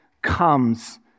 comes